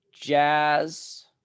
Jazz